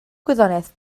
gwyddoniaeth